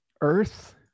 earth